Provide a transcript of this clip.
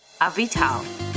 Avital